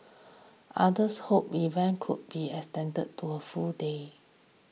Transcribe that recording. others hoped event could be extended to a full day